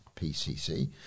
PCC